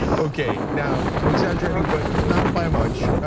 okay, now, i'm exaggerating, but not by much.